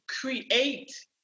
create